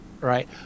right